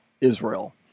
Israel